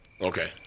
Okay